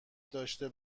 داشته